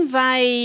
vai